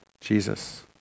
Jesus